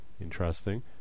Interesting